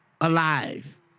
alive